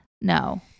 No